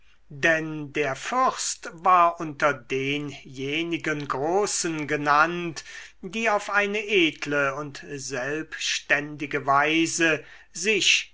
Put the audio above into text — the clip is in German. denn der fürst war unter denjenigen großen genannt die auf eine edle und selbständige weise sich